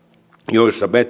joissa